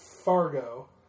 Fargo